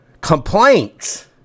complaints